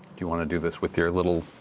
you want to do this with your little